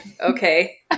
okay